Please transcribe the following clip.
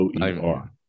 OER